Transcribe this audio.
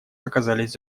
оказались